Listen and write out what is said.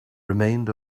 remained